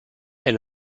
est